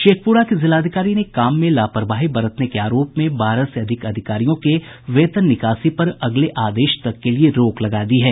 शेखपुरा की जिलाधिकारी ने काम में लापरवाही बरतने के आरोप में बारह से अधिक अधिकारियों के वेतन निकासी पर अगले आदेश तक के लिए रोक लगा दी है